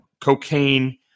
cocaine